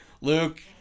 Luke